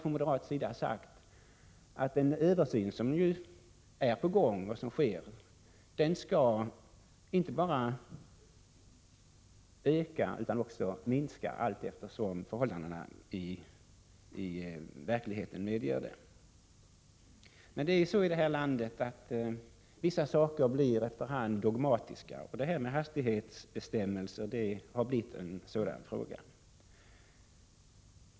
Från moderat sida har vi sagt att den översyn som pågår inte bara skall öka den tillåtna farten utan också minska den allteftersom vägförhållandena medger det inom de givna gränserna. Men det är så i vårt land att vissa frågor efter hand blir dogmatiska, och detta med hastighetsbestämmelser har blivit en sådan fråga.